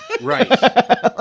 right